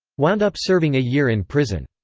wound up serving a year in prison.